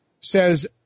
says